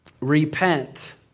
repent